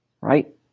right